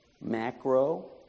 Macro